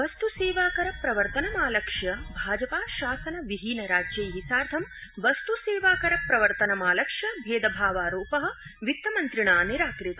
वस्तु सेवाकर प्रवर्तनमालक्ष्य भाजपा शासन विहीन राज्यै सार्धं वस्तु सेवाकर प्रवर्तनमालक्ष्य भेदभावारोप वित्तमन्त्रिणा निराकृत